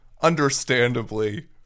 understandably